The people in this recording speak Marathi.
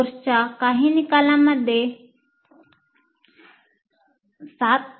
कोर्सच्या काही निकालांमध्ये 7 तास किंवा 8 तास लागू शकतात